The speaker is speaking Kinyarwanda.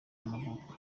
y’amavuko